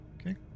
Okay